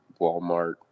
Walmart